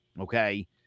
Okay